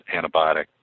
antibiotic